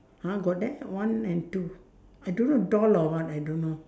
!huh! got there one and two I don't know doll or what I don't know